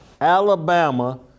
Alabama